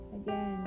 again